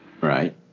Right